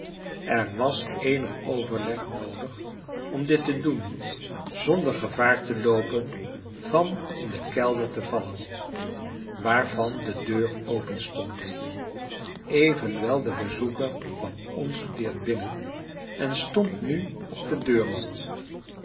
er was eenig overleg noodig om dit te doen zonder gevaar te loopen van in den kelder te vallen waarvan de deur openstond evenwel de bezoeker kwam ongedeerd binnen en stond nu op de deurmat